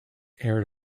aired